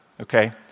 okay